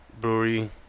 Brewery